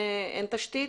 במקומות בהם אין תשתית,